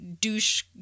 douche